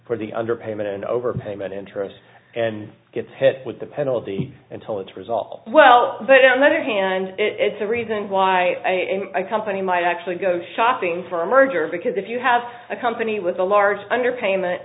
for the underpayment an overpayment interest and gets hit with the penalty until it's resolved well but on the other hand it's a reason why a company might actually go shopping for a merger because if you have a company with a large underpayment